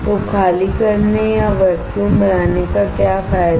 तो खाली करने या वैक्यूम बनाने का क्या फायदा है